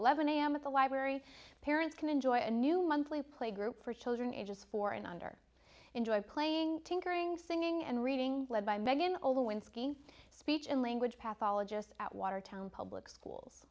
eleven am at the library parents can enjoy a new monthly playgroup for children ages four and under enjoy playing tinkering singing and reading led by meghan although in ski speech and language path ologist at watertown public schools